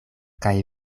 kaj